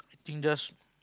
think just